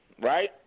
right